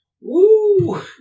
Woo